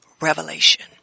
revelation